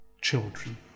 children